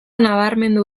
nabarmendu